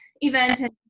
event